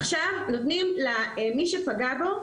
עכשיו נותנים למי שפגע בו,